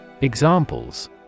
Examples